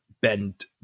bend